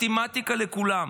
מתמטיקה לכולם.